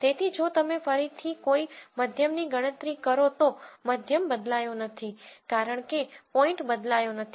તેથી જો તમે ફરીથી કોઈ મધ્યમની ગણતરી કરો તો મધ્યમ બદલાયો નથી કારણ કે પોઇન્ટ બદલાયો નથી